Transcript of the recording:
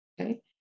Okay